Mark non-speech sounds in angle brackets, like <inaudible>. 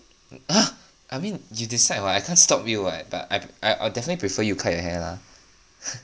!huh! I mean you decide [what] I can't stop you [what] but I I definitely prefer you cut your hair lah <laughs>